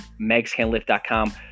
megscanlift.com